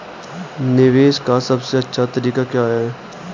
निवेश का सबसे अच्छा तरीका क्या है?